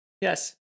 Yes